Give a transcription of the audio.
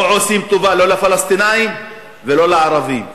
לא עושים טובה, לא לפלסטינים ולא לערבים.